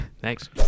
Thanks